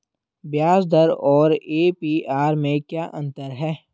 ब्याज दर और ए.पी.आर में क्या अंतर है?